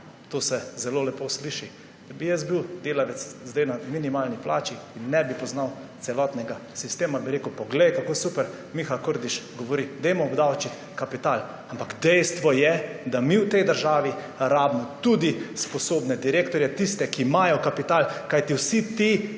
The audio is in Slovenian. to se zelo lepo sliši. Če bi bil jaz delavec na minimalni plači in ne bi poznal celotnega sistema, bi rekel, poglej, kako super Miha Kordiš govori, dajmo obdavčiti kapital. Ampak dejstvo je, da mi v tej državi potrebujemo tudi sposobne direktorje, tiste, ki imajo kapital, kajti vsi ti